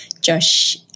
Josh